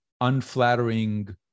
unflattering